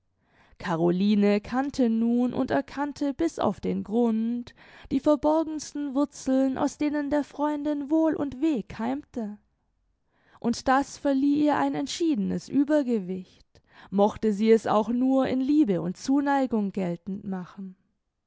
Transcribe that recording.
caroline kannte nun und erkannte bis auf den grund die verborgensten wurzeln aus denen der freundin wohl und weh keimte und das verlieh ihr ein entschiedenes uebergewicht mochte sie es auch nur in liebe und zuneigung geltend machen